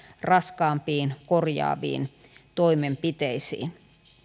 raskaampiin korjaaviin toimenpiteisiin